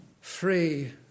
free